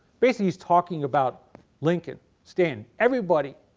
bascially he is talking about lincoln, stanton, everybody,